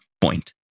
point